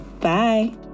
Bye